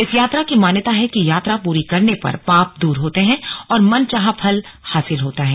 इस यात्रा की मान्यता है कि यात्रा पूरी करने पर पाप दूर होते हैं और मनचाहा फल हासिल होता है